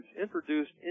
introduced